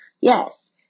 Yes